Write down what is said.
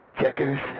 checkers